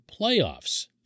playoffs